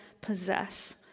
possess